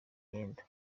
imyenda